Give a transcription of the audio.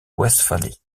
westphalie